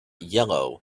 yellow